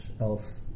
else